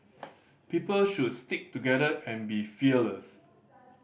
people should stick together and be fearless